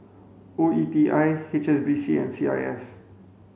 O E T I H S B C and C I S